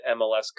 MLS